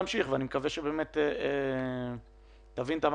אני לא חושב שאתה זה שצריך לספוג את זה,